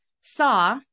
saw